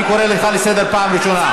אני קורא אותך לסדר פעם ראשונה.